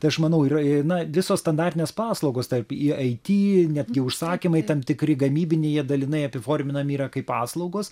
tai aš manau yra na visos standartinės paslaugos tarp į i ai ti netgi užsakymai tam tikri gamybiniai jie dalinai apiforminami yra kaip paslaugos